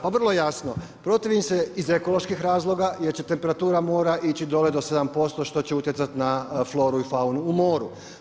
Pa vrlo jasno, protivim se iz ekoloških razloga jer će temperatura mora ići dole do 7% što će utjecati na floru i faunu u moru.